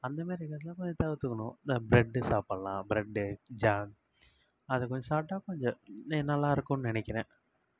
அந்தமாரி நேரத்தில் கொஞ்சம் தவிர்த்துக்கணும் இந்த ப்ரெட்டு சாப்பிட்லாம் ப்ரெட்டு ஜாம் அதை கொஞ்சம் சாப்பிட்டா கொஞ்சம் நீ நல்லா இருக்கும்னு நெனைக்கிறேன்